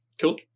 Cool